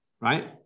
right